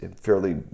fairly